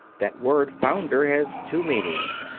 that word founder has two meanings.